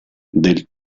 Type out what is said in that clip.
del